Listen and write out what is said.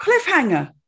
cliffhanger